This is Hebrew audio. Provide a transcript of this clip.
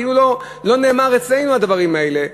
כאילו לא נאמרו אצלנו הדברים האלה.